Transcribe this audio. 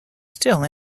still